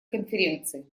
конференции